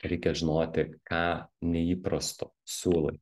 reikia žinoti ką neįprasto siūlai